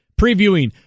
previewing